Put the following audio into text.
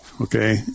Okay